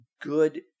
good